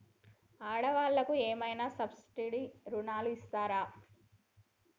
ఆడ వాళ్ళకు ఏమైనా సబ్సిడీ రుణాలు ఇస్తారా?